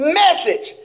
message